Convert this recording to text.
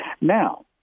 Now